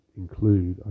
include